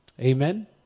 Amen